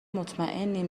مطمئنیم